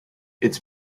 its